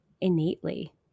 innately